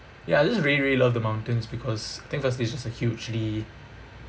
ya I just really really love the mountains because think largely it's just a hugely